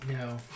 no